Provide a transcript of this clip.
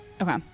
Okay